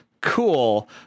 Cool